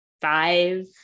five